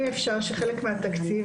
אם אפשר שחלק מהתקציב,